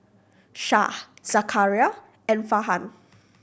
Shah Zakaria and Farhan